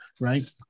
right